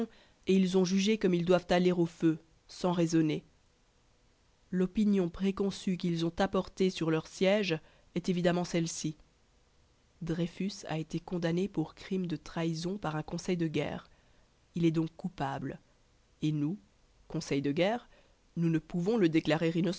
et ils ont jugé comme ils doivent aller au feu sans raisonner l'opinion préconçue qu'ils ont apportée sur leur siège est évidemment celle-ci dreyfus a été condamné pour crime de trahison par un conseil de guerre il est donc coupable et nous conseil de guerre nous ne pouvons le déclarer